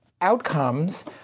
outcomes